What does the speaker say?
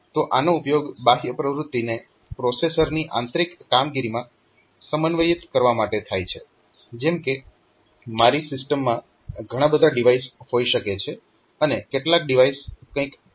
તો આનો ઉપયોગ બાહ્ય પ્રવૃત્તિને પ્રોસેસરની આંતરિક કામગીરીમાં સમન્વયિત કરવા માટે થાય છે જેમ કે મારી સિસ્ટમમાં ઘણા બધા ડિવાઈસ હોઈ શકે છે અને કેટલાક ડિવાઈસ કંઈક કામ કરતા હોઈ શકે છે